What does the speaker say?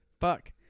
Fuck